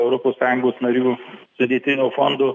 europos sąjungos narių sudėtinio fondo